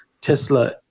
Tesla